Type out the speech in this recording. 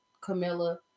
Camilla